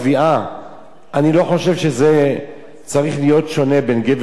אני לא חושב שזה צריך להיות שונה בין גבר לאשה בעניין הזה.